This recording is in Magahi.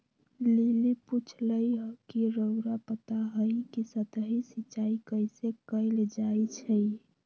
लिली पुछलई ह कि रउरा पता हई कि सतही सिंचाई कइसे कैल जाई छई